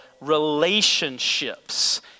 relationships